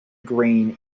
green